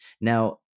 Now